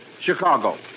Chicago